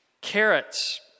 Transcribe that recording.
Carrots